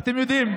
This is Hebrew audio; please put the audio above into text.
אתם יודעים,